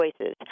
choices